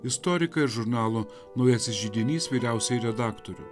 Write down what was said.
istoriką ir žurnalo naujasis židinys vyriausiąjį redaktorių